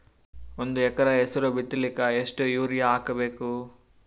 ಒಂದ್ ಎಕರ ಹೆಸರು ಬಿತ್ತಲಿಕ ಎಷ್ಟು ಯೂರಿಯ ಹಾಕಬೇಕು?